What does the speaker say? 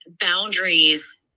boundaries